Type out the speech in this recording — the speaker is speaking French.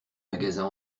magasins